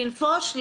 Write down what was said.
לנפוש,